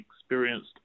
experienced